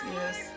yes